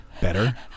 Better